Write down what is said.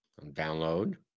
download